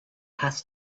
has